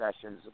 sessions